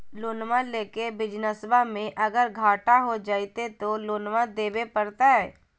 लोनमा लेके बिजनसबा मे अगर घाटा हो जयते तो लोनमा देवे परते?